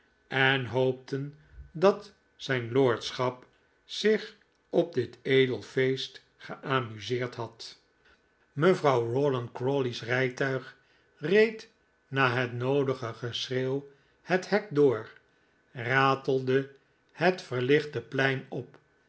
en hoopten dat zijn lordschap zich op dit edel feest geamuseerd had mcvrouw rawdon crawley's rijtuig reed na het noodige geschreeuw het hek door ratelde het verlichte plein op